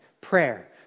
prayer